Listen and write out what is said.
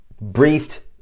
briefed